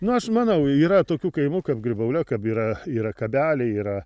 nu aš manau yra tokių kaimų kap grybaulia kap yra yra kabeliai yra